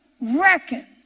reckon